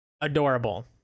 Adorable